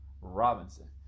robinson